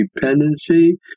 dependency